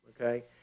okay